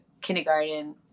kindergarten